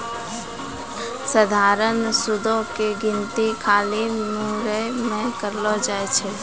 सधारण सूदो के गिनती खाली मूरे पे करलो जाय छै